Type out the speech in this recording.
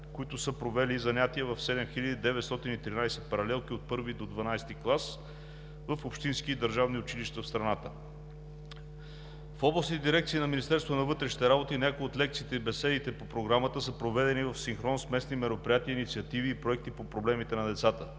които са провели занятия в 7913 паралелки от 1 ви до 12-и клас в общински и държавни училища в страната. В областните дирекции на Министерството на вътрешните работи някои от лекциите и беседите по Програмата са проведени в синхрон с местни мероприятия, инициативи и проекти по проблемите на децата.